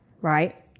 right